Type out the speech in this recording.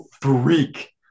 freak